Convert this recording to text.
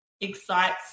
excites